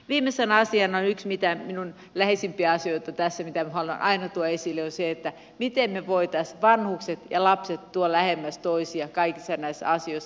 viimeisenä asiana on yksi mikä on minun läheisimpiä asioitani tässä ja mitä minä haluan aina tuoda esille se miten me voisimme vanhukset ja lapset tuoda lähemmäs toisiaan kaikissa näissä asioissa